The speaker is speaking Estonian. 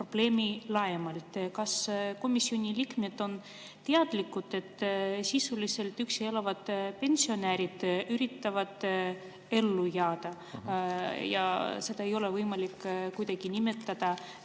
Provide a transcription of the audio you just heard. probleemi laiemalt. Kas komisjoni liikmed on teadlikud, et üksi elavad pensionärid sisuliselt üritavad ellu jääda ja seda ei ole võimalik kuidagi nimetada